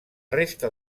resta